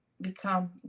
become